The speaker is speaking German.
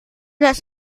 das